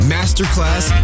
Masterclass